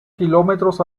kilómetros